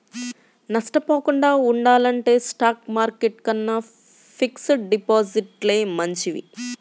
నష్టపోకుండా ఉండాలంటే stock market కన్నా ఫిక్స్డ్ డిపాజిట్లే మంచివి